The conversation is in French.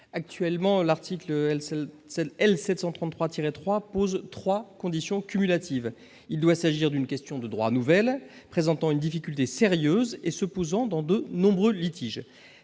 d'asile, le CESEDA, pose trois conditions cumulatives : il doit s'agir d'une question de droit nouvelle, présentant une difficulté sérieuse et se posant dans de nombreux litiges.